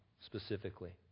specifically